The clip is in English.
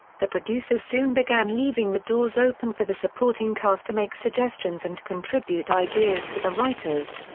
the producers soon began leaving the doors open for the supporting cast to make suggestions and contribute ideas to the writers.